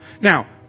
Now